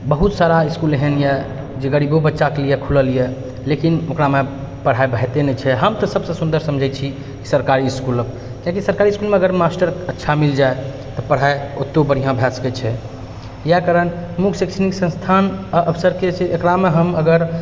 बहुत सारा इसकुल एहन अइ जे गरीबो बच्चाके लिए खुलल अइ लेकिन ओकरामे पढ़ाइ होइते नहि अइ हम तऽ सबसँ सुन्दर समझै छी सरकारी इसकुलके कियाकि सरकारी इसकुलमे अगर मास्टर अच्छा मिल जाए तऽ पढ़ाइ ओतहु बढ़िआँ भऽ सकै छै किया कारण मुख्य शैक्षणिक संस्थान आओर अवसरके छै एकरामे हम अगर